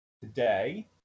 today